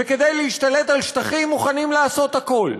וכדי להשתלט על שטחים מוכנים לעשות הכול: